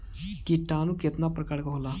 किटानु केतना प्रकार के होला?